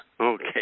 Okay